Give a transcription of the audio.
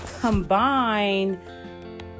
combine